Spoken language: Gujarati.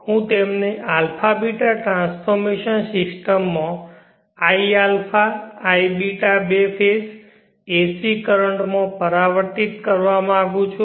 હું તેમને ∝β ટ્રાન્સફોર્મશન સિસ્ટમ માં i∝ iβ બે ફેઝ AC કરંટ માં પરિવર્તિત કરવા માંગુ છું